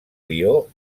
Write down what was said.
lió